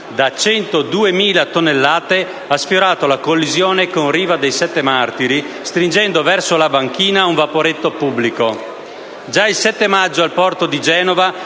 da 102.000 tonnellate, ha sfiorato la collisione con Riva dei Sette Martiri, stringendo verso la banchina un vaporetto pubblico. Già il 7 maggio, al porto di Genova,